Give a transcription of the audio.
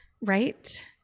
Right